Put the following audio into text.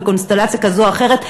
בקונסטלציה כזאת או אחרת,